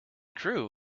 crew